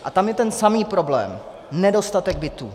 A tam je ten samý problém nedostatek bytů.